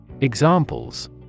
examples